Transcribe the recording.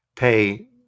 pay